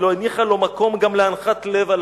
עד כי לא הניחה לו מקום גם לאנחת לב על